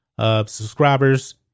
subscribers